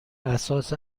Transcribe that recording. اساس